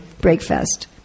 breakfast